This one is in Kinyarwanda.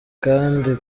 kandi